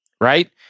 right